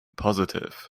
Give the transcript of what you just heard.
positive